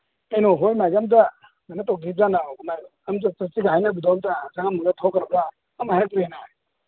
ꯀꯩꯅꯣ ꯍꯣꯏ ꯃꯥꯏꯒ ꯑꯝꯇ ꯀꯩꯅꯣ ꯇꯧꯗ꯭ꯔꯤꯖꯥꯠꯂ ꯑꯝꯇ ꯆꯠꯁꯦꯒ ꯍꯥꯏꯅꯕꯗꯣ ꯑꯝꯇ ꯆꯪꯉꯝꯃꯒ ꯊꯣꯛꯈ꯭ꯔꯒ ꯑꯝꯇ ꯍꯥꯏꯔꯛꯇ꯭ꯔꯦꯅꯦ